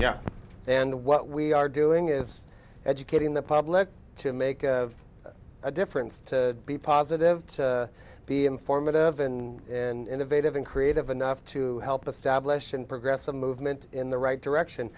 yeah and what we are doing is educating the public to make a difference to be positive to be informative and and innovative and creative enough to help establish an progressive movement in the right direction